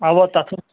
اَوا تَتھ ٲس